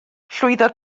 llwyddodd